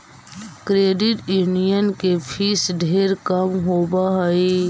credit union के fees ढेर कम होब हई